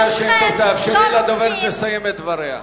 תאפשרי לדוברת לסיים את דבריה.